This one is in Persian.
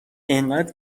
اینقد